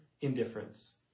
indifference